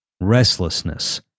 Restlessness